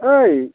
ओइ